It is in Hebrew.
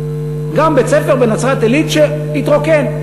"חרמון", גם, בית-ספר בנצרת-עילית שהתרוקן.